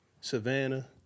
Savannah